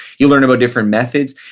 you'll learn about different methods.